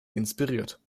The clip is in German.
inspiriert